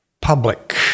public